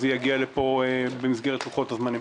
זה יגיע לכאן במסגרת לוחות הזמנים.